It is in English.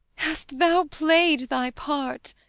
hast thou played thy part?